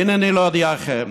הינני להודיעכם